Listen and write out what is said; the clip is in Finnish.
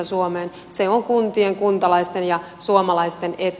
se on kuntien kuntalaisten ja suomalaisten etu